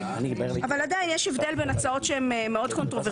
אבל עדיין יש הבדל בין הצעות שהן מאוד קונטרוברסיאליות.